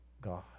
God